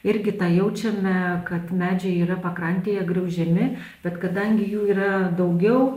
irgi tą jaučiame kad medžiai yra pakrantėje griaužiami bet kadangi jų yra daugiau